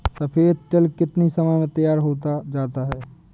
सफेद तिल कितनी समय में तैयार होता जाता है?